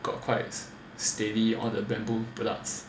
got quite steady all the bamboo products